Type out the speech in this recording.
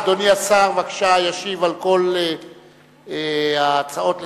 אדוני השר, בבקשה, ישיב על כל ההצעות לסדר-היום,